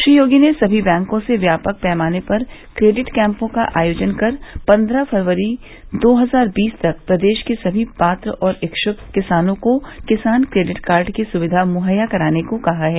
श्री योगी ने सभी बैंकों से व्यापक पैमाने पर क्रेडिट कैंपों का आयोजन कर पन्द्रह फरवरी दो हजार बीस तक प्रदेश के समी पात्र और इच्छुक किसानों को किसान क्रेडिट कार्ड की सुविधा मुहैया कराने के लिये कहा है